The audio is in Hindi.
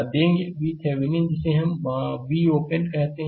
vThevenin जिसे हम Vopen कहते हैं